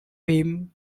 him